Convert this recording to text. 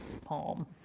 palm